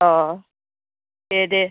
अ' दे दे